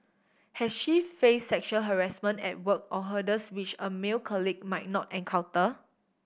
has she face sexual harassment at work or hurdles which a male colleague might not encounter